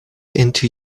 into